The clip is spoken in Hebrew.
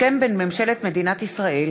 התשע"ד 2014,